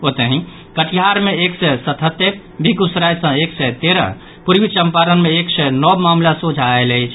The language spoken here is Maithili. ओतहि कटिहार मे एक सय सतहत्तरि बेगूसराय सँ एक सय तेरह पूर्वी चंपारण मे एक सय नव मामिला सोझा आयल अछि